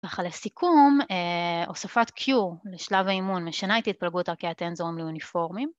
וככה לסיכום, הוספת Cure לשלב האימון משנה את התפלגות ערכי הטנזורים לאוניפורמיים